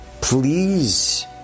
Please